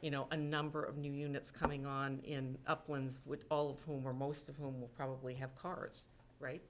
you know a number of new units coming on in upland with all of whom are most of whom will probably have cars right